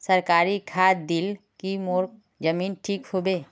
सरकारी खाद दिल की मोर जमीन ठीक होबे?